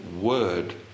word